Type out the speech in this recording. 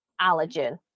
allergen